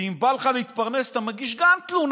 ואם בא לך להתפרנס, אתה מגיש גם תלונה